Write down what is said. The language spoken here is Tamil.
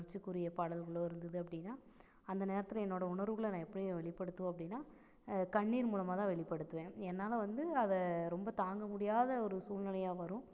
உணர்ச்சிக்குரிய பாடல்களோ இருந்தது அப்படின்னா அந்த நேரத்தில் என்னோடய உணர்வுகளை நான் எப்படி வெளிப்படுத்துவேன் அப்படின்னா கண்ணீர் மூலமாக தான் வெளிப்படுத்துவேன் என்னால் வந்து அதை ரொம்ப தாங்கமுடியாத ஒரு சூழ்நிலையாக வரும்